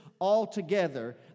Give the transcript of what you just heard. altogether